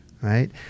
right